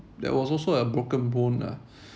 there was also a broken bone lah